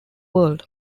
world